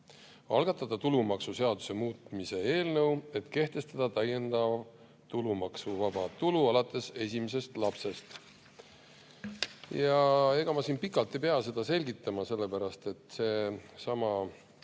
algatada tulumaksuseaduse muutmise eelnõu, et kehtestada täiendav tulumaksuvaba tulu alates esimesest lapsest. Ega ma siin pikalt ei pea seda selgitama, sellepärast et seesama